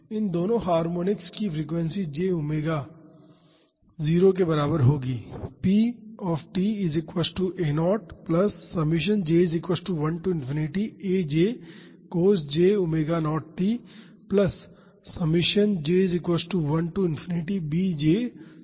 इन दोनों हार्मोनिक्स की frequency j ओमेगा0 के बराबर होगी